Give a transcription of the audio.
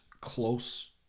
close